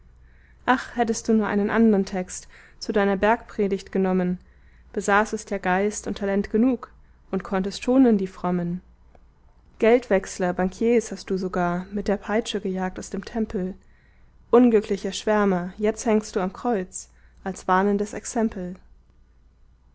ach hättest du nur einen andern text zu deiner bergpredigt genommen besaßest ja geist und talent genug und konntest schonen die frommen geldwechsler bankiers hast du sogar mit der peitsche gejagt aus dem tempel unglücklicher schwärmer jetzt hängst du am kreuz als warnendes exempel